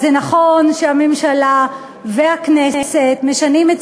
אז זה נכון שהממשלה והכנסת משנות את